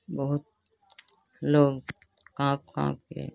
बहुत लोग काँप काँपकर